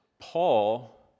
Paul